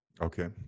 okay